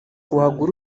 wagura